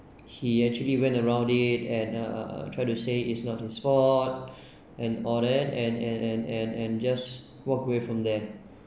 he actually went around it and uh try to say it's not his fault and all that and and and and and just walk away from there